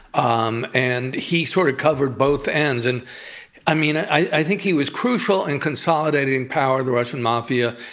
um and he sort of covered both ends, and i mean i think he was crucial in consolidating power of the russian mafia,